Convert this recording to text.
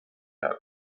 کردم